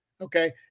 okay